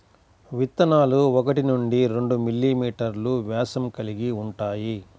విత్తనాలు ఒకటి నుండి రెండు మిల్లీమీటర్లు వ్యాసం కలిగి ఉంటాయి